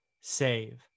save